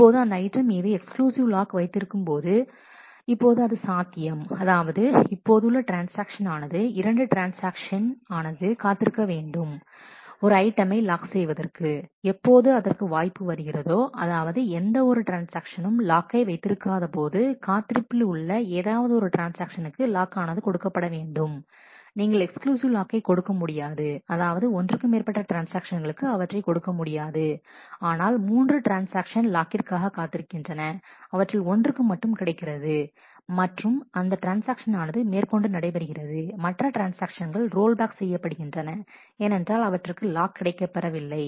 இப்போது அந்த ஐட்டம் மீது எக்ஸ்க்ளூசிவ் லாக் வைத்து இருக்கும் போது இப்போது அது சாத்தியம் அதாவது இப்போது உள்ள ட்ரான்ஸ்ஆக்ஷன் ஆனது இரண்டு ட்ரான்ஸ்ஆக்ஷன் ஆனது காத்திருக்க வேண்டும் ஒரு ஐட்டமை லாக் செய்வதற்கு எப்போது அதற்கு வாய்ப்பு வருகிறதோ அதாவது எந்த ஒரு ட்ரான்ஸ்ஆக்ஷனும் லாக்கை வைத்திருக்காத போது காத்திருப்பில் உள்ள ஏதாவது ஒரு டான்ஸ் ஆக்ஷனுக்கு லாக்கானது கொடுக்கப்பட வேண்டும் நீங்கள் எக்ஸ்க்ளூசிவ் லாக்கை கொடுக்க முடியாது அதாவது ஒன்றுக்கு மேற்பட்ட ட்ரான்ஸ்ஆக்ஷன்களுக்கு அவற்றை கொடுக்க முடியாது ஆனால் மூன்று ட்ரான்ஸ்ஆக்ஷன் லாக்கிற்காக காத்திருக்கின்றன அவற்றில் ஒன்றுக்கு மட்டும் கிடைக்கிறது மற்றும் அந்த ட்ரான்ஸ்ஆக்ஷன் ஆனது மேற்கொண்டு நடைபெறுகிறது மற்ற ட்ரான்ஸ்ஆக்ஷன்கள் ரோல்பேக் செய்யப்படுகின்றன ஏனென்றால் அவற்றுக்கு லாக் கிடைக்கப்பெறவில்லை